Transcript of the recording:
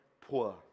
poor